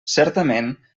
certament